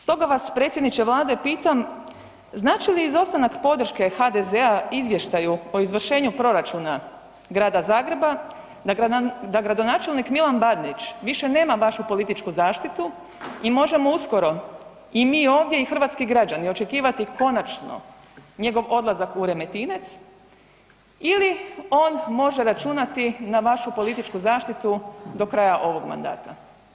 Stoga vas predsjedniče Vlade pitam, znači li izostanak podrške HDZ-a izvještaju o izvršenju proračuna Grada Zagreba da gradonačelnik Milan Bandić više nema vašu političku zaštitu i možemo uskoro i mi ovdje i hrvatski građani očekivati konačno njegov odlazak u Remetinec ili on može računati na vašu političku zaštitu do kraja ovog mandata?